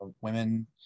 women